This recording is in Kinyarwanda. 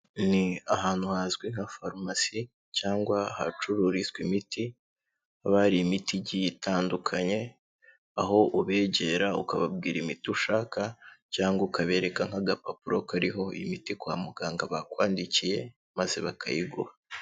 Ni ahantu hazwi nka farumasi cyangwa ahacururizwa imiti, haba hari imiti igiye itandukanye, aho ubegera ukababwira imiti ushaka cyangwa ukabereka nk'agapapuro kariho imiti kwa muganga bakwandikiye, maze bakayiguha.